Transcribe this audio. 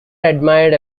admired